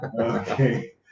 Okay